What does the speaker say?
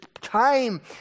time